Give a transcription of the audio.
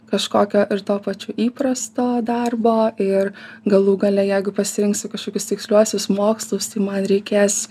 kažkokio ir tuo pačiu įprasto darbo ir galų gale jeigu pasirinksiu kažkokius tiksliuosius mokslus tai man reikės